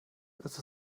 ist